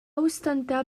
ostentar